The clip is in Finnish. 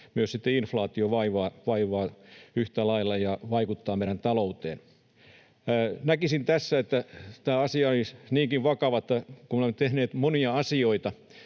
myös inflaatio vaivaa yhtä lailla ja vaikuttaa meidän ta-louteen. Näkisin, että tämä asia olisi niinkin vakava, että kun on tehty monia asioita